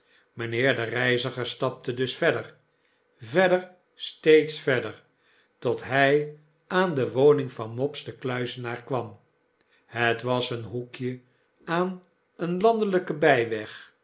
mijnheer de reiziger stapte dus verder verder steeds verder tot hij aan de woning van mopes den kluizenaar kwam het was een hoekje aan een landelijken bijweg